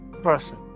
person